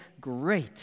great